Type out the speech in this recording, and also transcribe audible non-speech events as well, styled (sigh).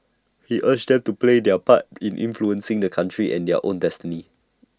he urged them to play their part (noise) in influencing the country's and their own destiny